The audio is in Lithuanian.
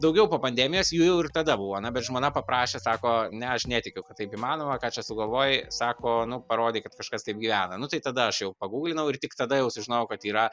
daugiau po pandemijos jų jau ir tada buvo na bet žmona paprašė sako ne aš netikiu kad taip įmanoma ką čia sugalvojai sako nu parodyk kad kažkas taip gyvena nu tai tada aš jau pagūglinau ir tik tada jau sužinojau kad yra